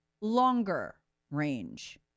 longer-range